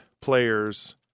players